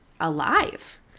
alive